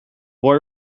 boy